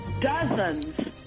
dozens